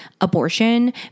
abortion